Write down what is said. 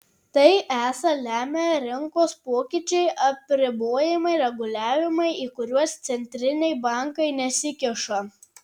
tai esą lemia rinkos pokyčiai apribojimai reguliavimai į kuriuos centriniai bankai nesikiša